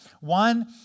One